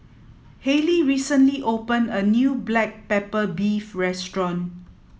Haylie recently opened a new Black Pepper Beef Restaurant